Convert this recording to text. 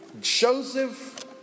Joseph